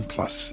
Plus